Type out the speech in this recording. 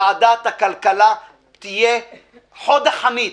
ועדת הכלכלה תהיה חוד החנית,